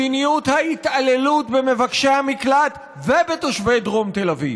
מדיניות ההתעללות במבקשי המקלט ובתושבי דרום תל אביב,